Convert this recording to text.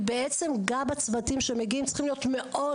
גם הצוותים שמגיעים צריכים להיות מאוד